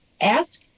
ask